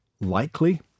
likely